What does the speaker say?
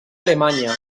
alemanya